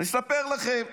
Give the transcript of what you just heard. אני אספר לכם.